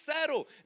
settle